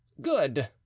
good